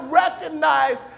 recognize